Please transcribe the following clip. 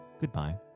goodbye